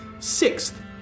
Sixth